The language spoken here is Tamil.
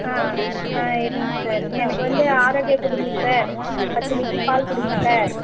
ஆ இருங்கள் சார் எனக்கு வந்து ஆரோக்யா கொடுங்க சார் பத்து லிட்ரு பால் கொடுங்க சார்